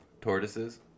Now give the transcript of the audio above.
tortoises